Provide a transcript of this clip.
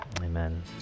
amen